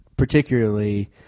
particularly